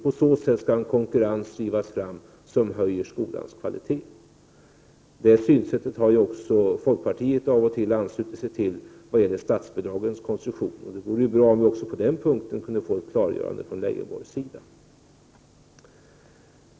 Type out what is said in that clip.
På så sätt skall en konkurrens drivas fram som skall höja skolans kvalitet. Det synsättet vad gäller statsbidragens konstruktion har även folkpartiet av och till anslutit sig till. Det vore bra om vi också på den punkten kunde få ett klargörande från Lars Leijonborg.